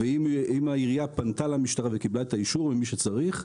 ואם העירייה פנתה למשטרה וקיבלה את האישור ממי שצריך,